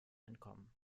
entkommen